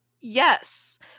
Yes